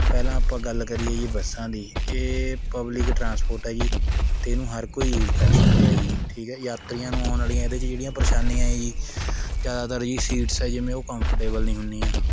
ਪਹਿਲਾਂ ਆਪਾਂ ਗੱਲ ਕਰੀਏ ਜੀ ਬੱਸਾਂ ਦੀ ਇਹ ਪਬਲਿਕ ਟਰਾਂਸਪੋਰਟ ਹੈ ਜੀ ਅਤੇ ਇਹਨੂੰ ਹਰ ਕੋਈ ਯੂਜ਼ ਕਰ ਸਕਦਾ ਜੀ ਠੀਕ ਹੈ ਯਾਤਰੀਆਂ ਨੂੰ ਆਉਣ ਵਾਲੀਆਂ ਇਹਦੇ 'ਚ ਜਿਹੜੀਆਂ ਪਰੇਸ਼ਾਨੀਆਂ ਏ ਜੀ ਜ਼ਿਆਦਾਤਰ ਜੀ ਸੀਟਸ ਹੈ ਜਿਵੇਂ ਉਹ ਕੰਫਰਟੇਬਲ ਨਹੀਂ ਹੁੰਦੀਆਂ